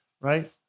Right